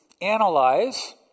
analyze